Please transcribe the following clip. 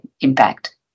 impact